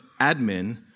Admin